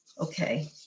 Okay